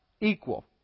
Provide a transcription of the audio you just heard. equal